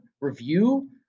review